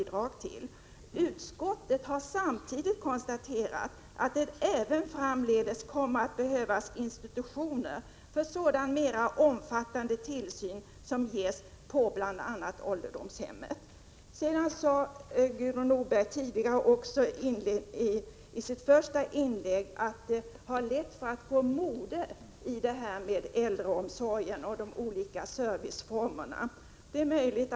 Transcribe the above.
Utskottet säger vidare: ”Utskottet har samtidigt konstaterat att det även framdeles kommer att behövas institutioner för sådan mera omfattande tillsyn som ges på bl.a. ålderdomshemmen.” Gudrun Norberg sade i sitt första inlägg att det har gått mode i detta med äldreomsorg och de olika serviceformerna. Det är möjligt.